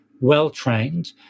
well-trained